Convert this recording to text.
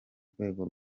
rwego